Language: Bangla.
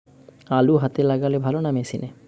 আলু হাতে লাগালে ভালো না মেশিনে?